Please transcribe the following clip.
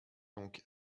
donc